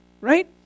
right